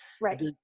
Right